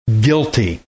guilty